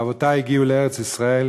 אבותי הגיעו לארץ-ישראל